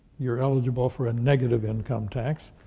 you're eligible for a negative income tax.